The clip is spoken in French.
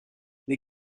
les